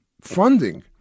funding